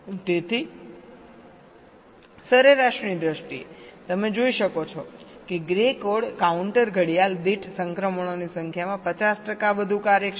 તેથી સરેરાશની દ્રષ્ટિએ તમે જોઈ શકો છો કે ગ્રે કોડ કાઉન્ટર ઘડિયાળ દીઠ સંક્રમણોની સંખ્યામાં 50 ટકા વધુ કાર્યક્ષમ છે